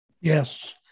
Yes